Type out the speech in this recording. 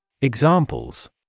Examples